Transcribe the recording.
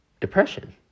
depression